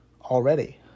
already